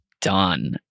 done